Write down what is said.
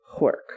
work